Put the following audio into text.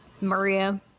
Maria